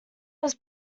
was